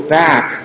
back